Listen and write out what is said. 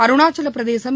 Arunachal Pradesh